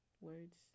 Words